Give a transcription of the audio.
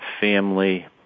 family